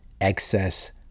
excess